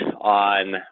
on